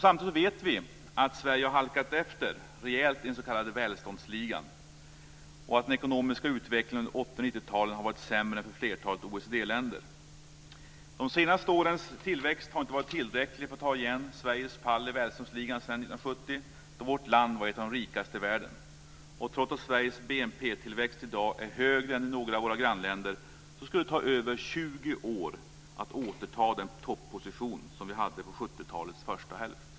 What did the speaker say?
Samtidigt vet vi att Sverige har halkat efter rejält i den s.k. välståndsligan och att den ekonomiska utvecklingen under 1980 och 1990-talen har varit sämre än för flertalet OECD-länder. De senaste årens tillväxt har inte varit tillräcklig för att ta igen Sveriges fall i välståndsligan sedan 1970, då vårt land var ett av de rikaste i världen. Trots att Sveriges BNP tillväxt i dag är högre än i några av våra grannländer skulle det ta över 20 år att återta den topposition som vi hade under 1970-talets första hälft.